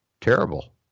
Terrible